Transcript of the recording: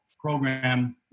program